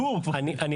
ערן הראל, בבקשה.